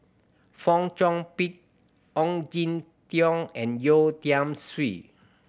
Fong Chong Pik Ong Jin Teong and Yeo Tiam Siew